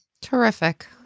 terrific